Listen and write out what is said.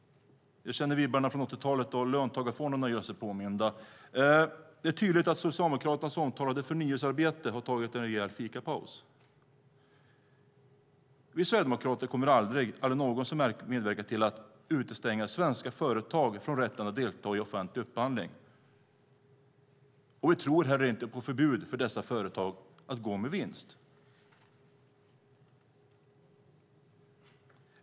Jag känner vibbarna från 80-talet. Löntagarfonderna gör sig påminda. Det är tydligt att socialdemokraternas omtalade förnyelsearbete har tagit en rejäl fikapaus. Vi sverigedemokrater kommer aldrig någonsin att medverka till att utestänga svenska företag från rätten att delta i offentlig upphandling. Vi tror heller inte på förbud för dessa företag att gå med vinst.